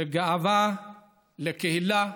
זו גאווה לקהילה,